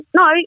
no